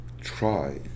try